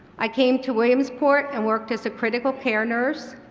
i came to williamsport and worked as a critical care nurse,